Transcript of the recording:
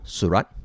surat